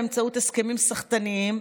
באמצעות הסכמים סחטניים,